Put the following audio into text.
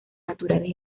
naturales